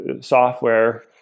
software